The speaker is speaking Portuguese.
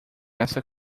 essa